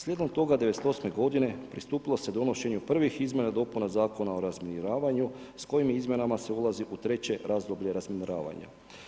Slijedom toga '98. g. pristupilo se donošenju prvih izmjena i dopuna Zakona o razminiravanju s kojim izmjenama se ulazi u treće razdoblje razminiravanja.